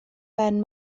ben